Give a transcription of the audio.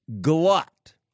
glut